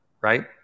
right